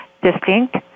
distinct